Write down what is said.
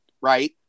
right